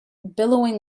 billowing